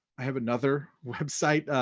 i have another website,